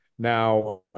Now